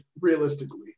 realistically